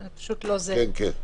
כן.